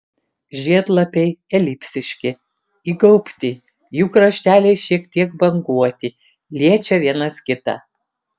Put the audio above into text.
žiedlapiai elipsiški įgaubti jų krašteliai šiek tiek banguoti liečia vienas kitą